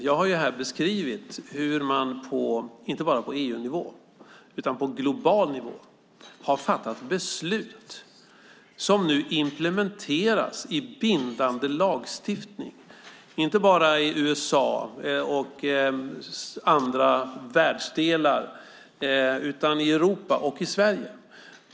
Jag har här beskrivit hur man inte bara på EU-nivå utan också på global nivå har fattat beslut som implementeras i bindande lagstiftning, inte bara i USA och andra världsdelar utan också i Europa och i Sverige.